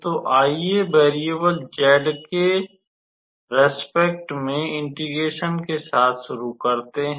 तो आइये variable z के प्रति इंटेग्रेशन के साथ शुरू करते हैं